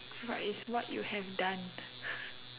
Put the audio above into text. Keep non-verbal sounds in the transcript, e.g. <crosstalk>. but it's what you have done <laughs>